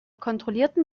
kontrollierten